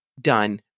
done